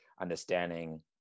understanding